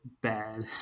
bad